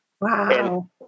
Wow